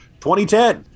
2010